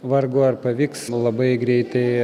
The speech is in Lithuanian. vargu ar pavyks labai greitai